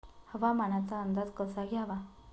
हवामानाचा अंदाज कसा घ्यावा?